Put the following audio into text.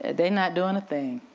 they not doing a thing,